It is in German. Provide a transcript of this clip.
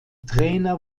trainer